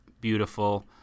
Beautiful